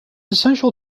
essential